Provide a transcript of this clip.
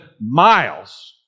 miles